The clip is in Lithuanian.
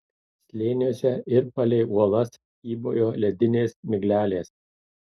slėniuose ir palei uolas kybojo ledinės miglelės